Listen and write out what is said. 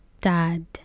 Dad